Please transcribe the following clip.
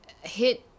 hit